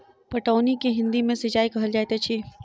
पटौनी के हिंदी मे सिंचाई कहल जाइत अछि